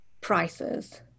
prices